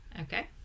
Okay